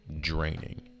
draining